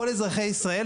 כל אזרחי ישראל,